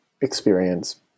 experience